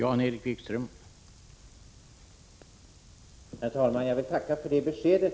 Herr talman! Jag vill tacka för detta besked.